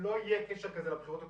לא יהיה קשר כזה בבחירות הקרובות,